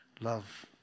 Love